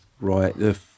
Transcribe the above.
right